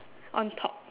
on top